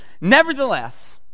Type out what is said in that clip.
nevertheless